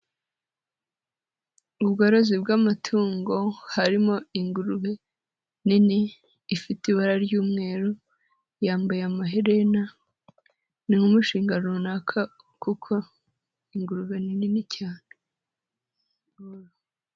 Ubworozi bw'amatungo, harimo ingurube nini ifite ibara ry'umweru. Yambaye amaherena ni nk'umushinga runaka kuko ni ingurube nini cyane.